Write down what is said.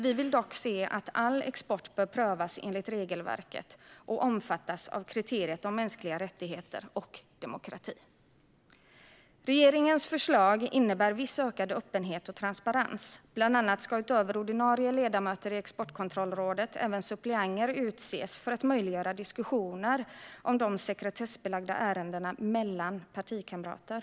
Vi vill dock se att all export prövas enligt regelverket och omfattas av kriteriet om mänskliga rättigheter och demokrati. Regeringens förslag innebär viss ökad öppenhet och transparens. Bland annat ska utöver ordinarie ledamöter i Exportkontrollrådet även suppleanter utses för att möjliggöra diskussioner om de sekretessbelagda ärendena mellan partikamrater.